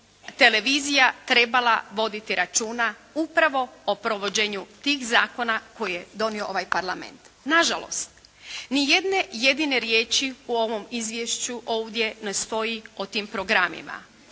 Televizija trebala voditi računa upravo o provođenju tih zakona koje je donio ovaj Parlament. Nažalost, ni jedne jedine riječi u ovom izvješću ovdje ne stoji o tim programima.